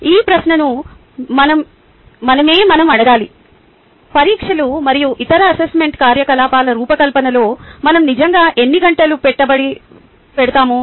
ఈ ప్రశ్నను మనమే మనం అడగాలి పరీక్షలు మరియు ఇతర అసెస్మెంట్ కార్యకలాపాల రూపకల్పనలో మనం నిజంగా ఎన్ని గంటలు పెట్టుబడి పెడతాము